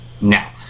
now